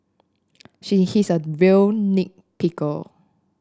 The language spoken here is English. she he is a real nit picker